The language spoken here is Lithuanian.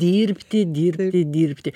dirbti dirbti dirbti